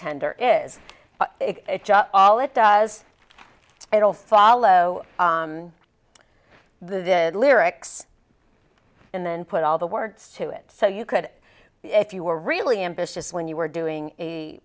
tender is all it does it all follow the lyrics and then put all the words to it so you could if you were really ambitious when you were doing a